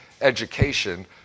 education